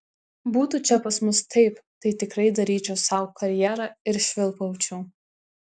būtų čia pas mus taip tai tikrai daryčiau sau karjerą ir švilpaučiau